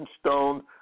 stone